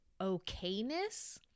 okayness